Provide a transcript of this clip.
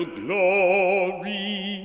glory